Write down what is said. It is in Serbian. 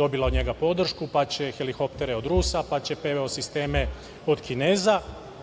dobila od njega podršku, pa će helikoptere od Rusa, pa će PVO sisteme od Kineza. Nema